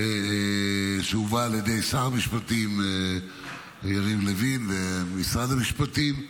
שהובאה על ידי שר המשפטים יריב לוין ומשרד המשפטים.